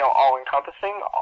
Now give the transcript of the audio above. all-encompassing